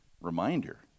reminder